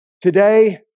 today